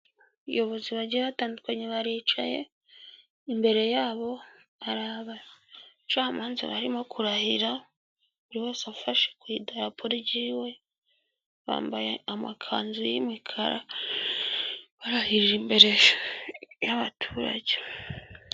Abayobozi bagiye batandukanye baricaye, imbere yabo hari abacamanza barimo kurahira buri wese afashe ku idarapo ryiwe, bambaye amakanzu y'imikara barahije imbere y'abaturage.